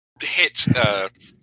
hit